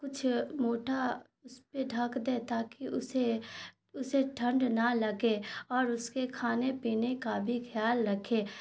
کچھ موٹا اس پہ ڈھک دے تاکہ اسے اسے ٹھنڈ نہ لگے اور اس کے کھانے پینے کا بھی خیال رکھے